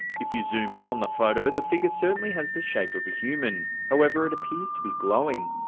if you zoom in on the photo, the figure certainly has the shape of a human, however it appears to be glowing.